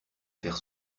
faire